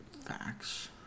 Facts